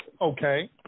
Okay